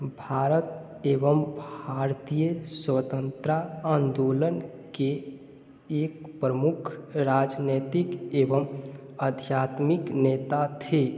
भारत एवं भारतीय स्वतंत्रा आंदोलन के एक प्रमुख राजनैतिक एवं आध्यात्मिक नेता थे